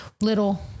little